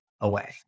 away